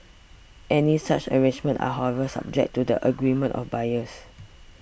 any such arrangements are however subject to the agreement of buyers